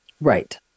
Right